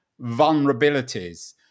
vulnerabilities